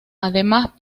además